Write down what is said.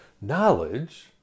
knowledge